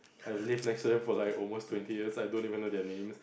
I live next to them for like almost twenty years I don't even know their names